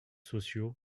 sociaux